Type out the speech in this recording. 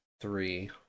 three